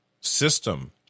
system